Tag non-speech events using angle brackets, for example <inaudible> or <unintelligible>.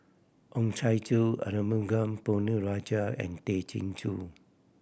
Oh Chai <unintelligible> Arumugam Ponnu Rajah and Tay Chin Joo